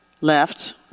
left